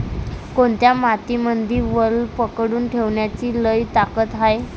कोनत्या मातीमंदी वल पकडून ठेवण्याची लई ताकद हाये?